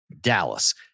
Dallas